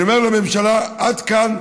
אני אומר לממשלה: עד כאן.